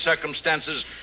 circumstances